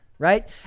right